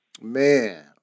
Man